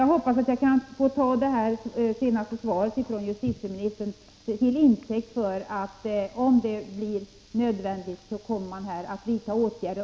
Jag hoppas att jag kan ta det som justitieministern sade i sitt senaste inlägg till intäkt för att regeringen om det blir nödvändigt kommer att vidta åtgärder.